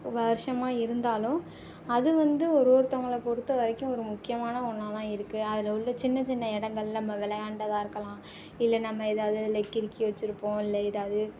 வருஷமாக இருந்தாலும் அது வந்து ஒரு ஒருத்தங்களை பொறுத்த வரைக்கும் ஒரு முக்கியமான ஒன்றாதான் இருக்குது அதில் உள்ள சின்ன சின்ன இடங்கள்ல நம்ம விளையாண்டதா இருக்கலாம் இல்லை நம்ம ஏதாவது அதில் கிறுக்கி வச்சுருப்போம் இல்லை ஏதாவது